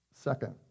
Second